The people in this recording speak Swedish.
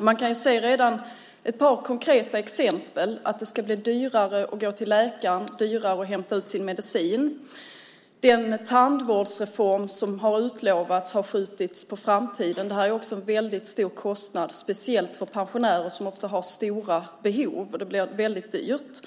Man kan se redan ett par konkreta exempel. Det ska bli dyrare att gå till läkare och dyrare att hämta ut sin medicin. Den tandvårdsreform som har utlovats har skjutits på framtiden. Det är också en väldigt stor kostnad, speciellt för pensionärer som ofta har stora behov. Det blir väldigt dyrt.